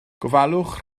gofalwch